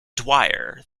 dwyer